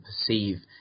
perceive